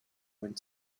went